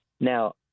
Now